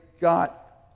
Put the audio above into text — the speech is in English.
got